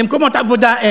למקומות עבודה,